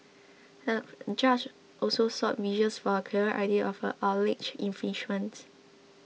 the judge also sought visuals for a clearer idea of the alleged infringements